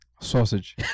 sausage